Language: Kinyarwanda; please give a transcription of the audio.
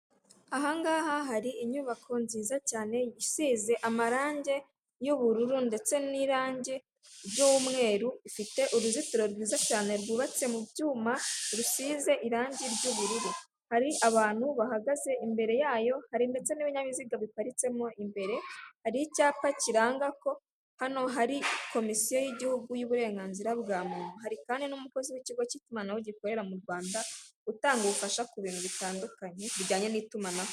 Aha ngaha hari inyubako nziza cyane, isize amarange y'ubururu ndetse n'irange ry'umweru, ifite uruzitiro rwiza cyane rwubatse mu byuma bisize irange ry'ubururu, hari abantu bahagaze imbere yayo, hari ndetse n'ibinyabiziga biparitsemo imbere, hari icyapa kiranga ko hano hari komisiyo y'igihugu y'uburenganzira bwa muntu, hari kandi n'umukozi w'ikigo cy'itumanaho gikorera mu Rwanda, utanga ubufasha ku bintu bitandukanye bijyanye n'itumanaho.